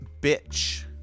Bitch